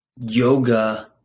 Yoga